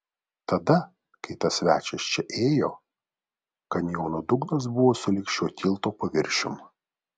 tada kai tas svečias čia ėjo kanjono dugnas buvo sulig šio tilto paviršium